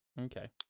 Okay